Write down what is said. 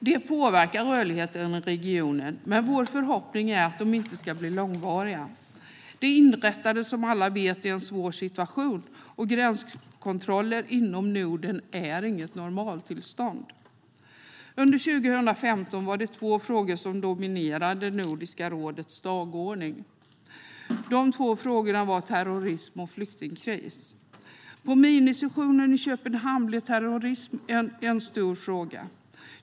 De påverkar rörligheten i regionen, men vår förhoppning är att de inte ska bli långvariga. De inrättades som alla vet i en svår situation, och gränskontroller inom Norden är inget normaltillstånd. Under 2015 var det två frågor som dominerade Nordiska rådets dagordning: terrorism och flyktingkris. På minisessionen i Köpenhamn blev terrorism en stor fråga.